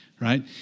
Right